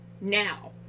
now